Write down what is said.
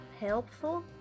helpful